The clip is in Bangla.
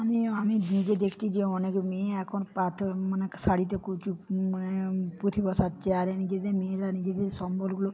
আমি আমি ভিডিও দেখতে গিয়ে অনেক মেয়ে এখন পাথর মানে শাড়িতে কুচু মানে পুঁথি বসাচ্ছে আর এ নিজেদের মেয়েরা নিজেদের সম্বলগুলো